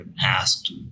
asked